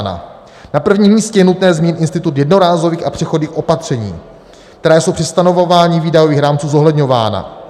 Na prvním místě je nutné zmínit institut jednorázových a přechodných opatření, která jsou při stanovování výdajových rámců zohledňována.